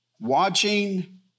Watching